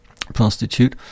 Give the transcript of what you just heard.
prostitute